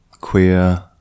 queer